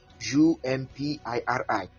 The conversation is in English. u-m-p-i-r-i